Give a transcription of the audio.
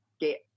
get